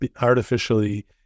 artificially